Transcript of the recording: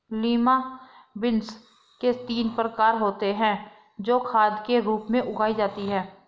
lima beans के तीन प्रकार होते हे जो खाद के रूप में उगाई जाती हें